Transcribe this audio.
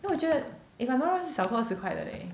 then 我觉得 if I'm not wrong 是少过二十块的 leh